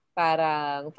parang